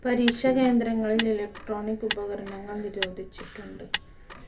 പരീക്ഷാ കേന്ദ്രങ്ങളിൽ ഇലക്ട്രോണിക് ഉപകരണങ്ങൾ നിരോധിച്ചിട്ടുണ്ട്